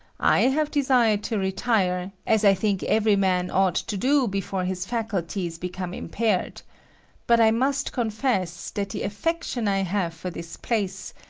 i have desired to retire, as i think every man ought to do before his faculties become impaired but i must confess that the affection i have for this place,